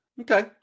Okay